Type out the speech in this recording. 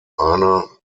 einer